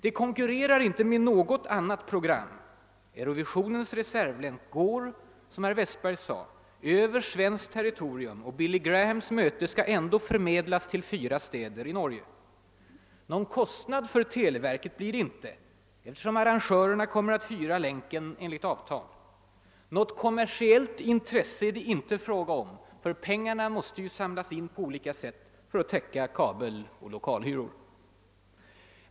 Det konkurrerar inte med något annat program — Eurovisionens reservlänk går, som herr Westberg sade, över svenskt territorium, och Billy Grahams möte skall ändå förmedlas till fyra städer i Norge. Någon kostnad för televerket blir det inte, eftersom arrangörerna kommer att hyra länken enligt avtal. Något kommersiellt intresse är det inte fråga om, ty pengarna måste ju samlas in på olika sätt för att täcka kabeloch lokalhyror.